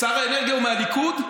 שר האנרגיה הוא מהליכוד?